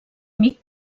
amic